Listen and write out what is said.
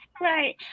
Right